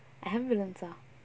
ambulance ah